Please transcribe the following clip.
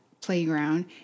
playground